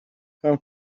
how